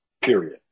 Period